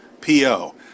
PO